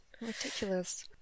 Ridiculous